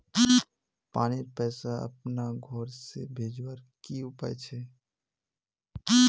पानीर पैसा अपना घोर से भेजवार की उपाय छे?